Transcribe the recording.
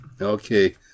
Okay